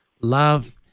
love